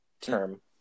term